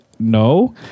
no